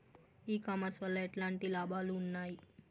ఈ కామర్స్ వల్ల ఎట్లాంటి లాభాలు ఉన్నాయి?